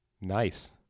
Nice